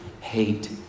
hate